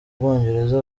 bwongereza